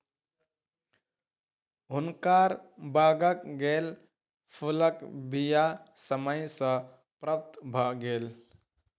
हुनकर बागक लेल फूलक बीया समय सॅ प्राप्त भ गेल